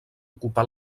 ocupà